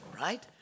right